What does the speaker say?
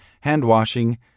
hand-washing